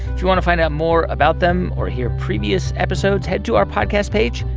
if you want to find out more about them or hear previous episodes, head to our podcast page,